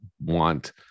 want